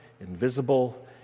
invisible